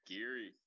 Geary